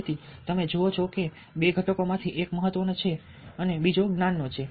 તેથી તમે જુઓ છો કે બે ઘટકો માંથી એક મહત્વ નો છે અને બીજો જ્ઞાન નો છે